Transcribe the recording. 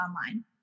online